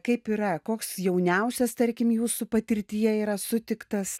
kaip yra koks jauniausias tarkim jūsų patirtyje yra sutiktas